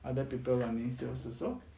other people running sales also